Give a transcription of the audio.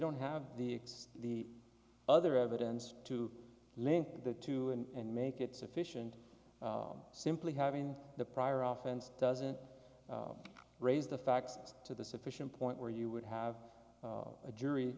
don't have the the other evidence to link the two and make it sufficient simply having the prior oftens doesn't raise the facts to the sufficient point where you would have a jury